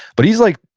but he's, like,